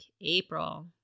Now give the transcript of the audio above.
April